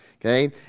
Okay